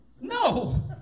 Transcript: No